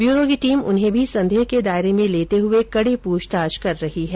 bureau की team उन्हें भी संदेह के दायरे में लेते हुए कड़ी पूछताछ कर रही है